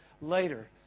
later